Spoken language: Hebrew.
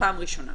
פעם ראשונה.